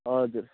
हजुर